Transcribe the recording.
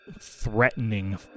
threatening